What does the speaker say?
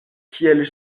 kiel